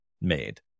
made